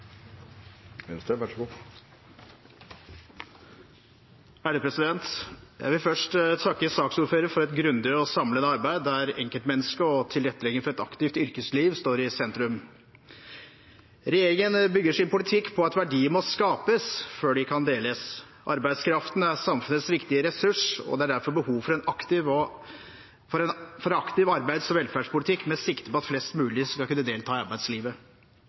spørsmålene annerledes. Så la meg derfor avslutte med å ønske statsråden lykke til med videre framdrift i Navs IKT-prosjekt. Det er viktig for brukerne at hun lykkes. Jeg vil først takke saksordføreren for et grundig og samlende arbeid der enkeltmennesket og tilrettelegging for et aktivt yrkesliv står i sentrum. Regjeringen bygger sin politikk på at verdier må skapes før de kan deles. Arbeidskraften er samfunnets viktigste ressurs, og det er derfor behov for en aktiv arbeids- og velferdspolitikk med sikte på at flest mulig skal